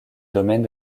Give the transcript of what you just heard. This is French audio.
domaine